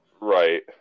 Right